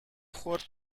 خرد